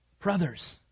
brothers